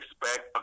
expect